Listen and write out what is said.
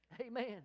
Amen